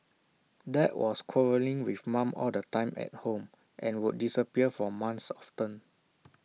dad was quarrelling with mum all the time at home and would disappear for months often